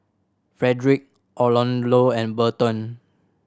Frederic Arnoldo and Burton